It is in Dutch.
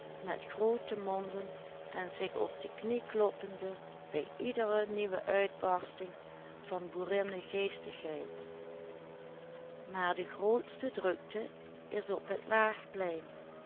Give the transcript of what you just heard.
van boerinnegeestigheid maar de grootste drukte is op het waagplein